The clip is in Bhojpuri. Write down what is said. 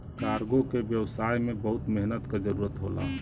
कार्गो के व्यवसाय में बहुत मेहनत क जरुरत होला